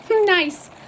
Nice